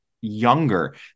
younger